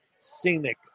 scenic